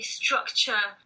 structure